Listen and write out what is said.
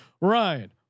Ryan